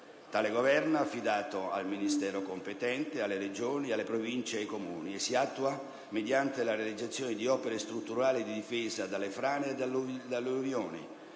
Tale governo è affidato al Ministero competente e alle Regioni, Province e Comuni, e si attua mediante la realizzazione di opere strutturali di difesa dalle frane e dalle alluvioni,